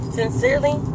sincerely